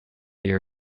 your